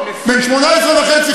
בן 18 וחצי,